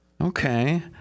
Okay